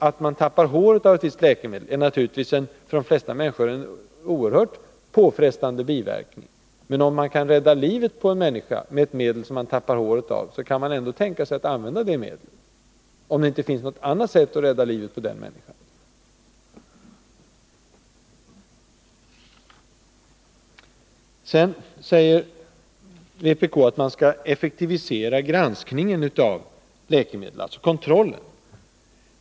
Att man tappar håret av ett visst läkemedel är naturligtvis för de flesta en mycket påfrestande biverkning, men om en människas liv kan räddas med detta medel, kan man ändå tänka sig att använda det — om det inte finns något annat sätt att rädda livet. Vpk säger att kontrollen av läkemedel skall effektiviseras.